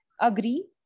agree